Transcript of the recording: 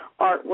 artwork